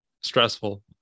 stressful